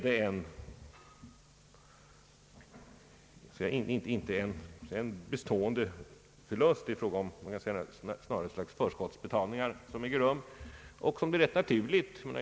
Det är därför inte fråga om en bestående förlust, utan snarare om ett slags förskottsbetalningar som äger rum.